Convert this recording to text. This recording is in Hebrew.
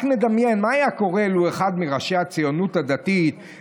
רק לדמיין מה היה קורה לו אחד מראשי הציונות הדתית,